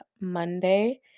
Monday